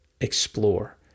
explore